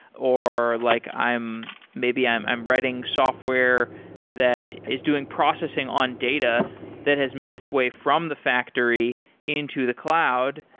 or like maybe i'm maybe i'm i'm writing software that is doing processing on data that has made its way from the factory into the cloud,